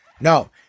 No